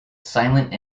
silent